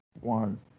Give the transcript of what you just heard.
One